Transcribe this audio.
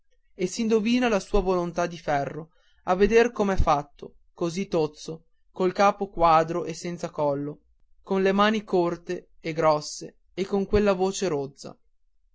artista e s'indovina la sua volontà di ferro a veder com'è fatto così tozzo col capo quadro e senza collo con le mani corte e grosse e con quella voce rozza